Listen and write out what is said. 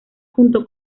junto